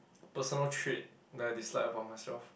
personal trait that I dislike about myself